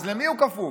אז למי הוא כפוף?